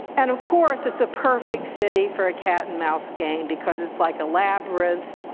and of course, it's a perfect city for a cat and mouse game because it's like a labyrinth.